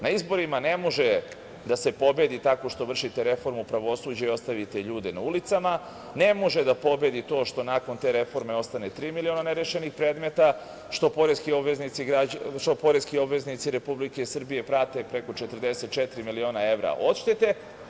Na izborima ne može da se pobedi tako što vršite reformu pravosuđa i ostavite ljude na ulicama, ne može da pobedi to što nakon te reforme ostane tri miliona nerešenih predmeta, što poreski obveznici Republike Srbije prate preko 44 miliona evra odštete.